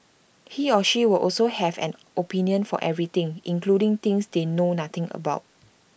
he or she will also have an opinion for everything including things they know nothing about